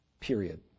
Period